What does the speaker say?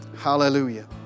Hallelujah